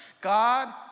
God